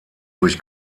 durch